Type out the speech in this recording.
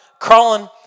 crawling